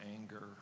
anger